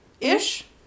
Ish